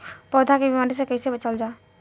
पौधा के बीमारी से कइसे बचावल जा?